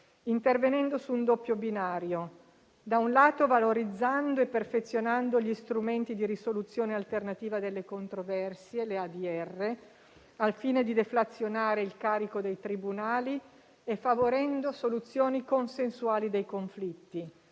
intervenendo su un doppio binario: da un lato, valorizzando e perfezionando gli strumenti di risoluzione alternativa delle controversie (ADR) al fine di deflazionare il carico dei tribunali e favorendo soluzioni consensuali dei conflitti;